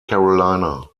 carolina